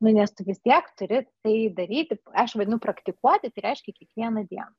nu nes tu vis tiek turi tai daryti aš vadinu praktikuoti tai reiškia kiekvieną dieną